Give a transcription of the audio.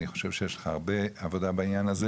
אני חושב שיש לך הרבה עבודה בעניין הזה